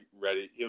ready